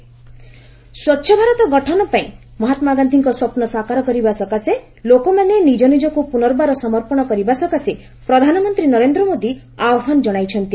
PM ସ୍ପଚ୍ଚତା ସେବା ସ୍ୱଚ୍ଛ ଭାରତ ଗଠନପାଇଁ ମହାତ୍ଲାଗାନ୍ଧିଙ୍କ ସ୍ୱପୁ ସାକାର କରିବା ସକାଶେ ଲୋକମାନେ ନିଜ ନିଙ୍କକୁ ପୁନର୍ବାର ସମର୍ପଣ କରିବା ସକାଶେ ପ୍ରଧାନମନ୍ତ୍ରୀ ନରେନ୍ଦ୍ର ମୋଦି ଆହ୍ୱାନ ଜଣାଇଛନ୍ତି